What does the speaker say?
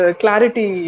clarity